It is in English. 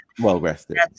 well-rested